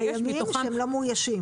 קיימים שהם לא מאוישים.